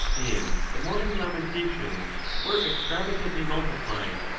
and the mourning lamentations were extravagantly rnultiplied.